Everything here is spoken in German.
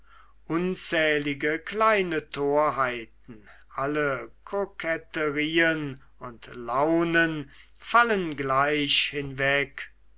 unzählige kleine torheiten alle koketterien und launen fallen gleich hinweg